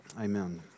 Amen